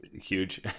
huge